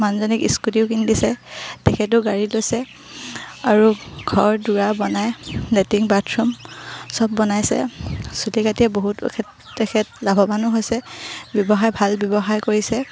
মানুহজনীক স্কুটিও কিনিছে তেখেতেও গাড়ী লৈছে আৰু ঘৰ দুৱাৰ বনাই লেট্ৰিন বাথৰুম চব বনাইছে চুলি কাটিয়ে বহুতো তেখেত লাভৱানো হৈছে ব্যৱসায় ভাল ব্যৱসায় কৰিছে